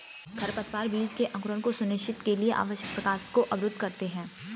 खरपतवार बीज के अंकुरण को सुनिश्चित के लिए आवश्यक प्रकाश को अवरुद्ध करते है